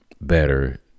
better